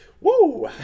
woo